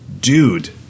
dude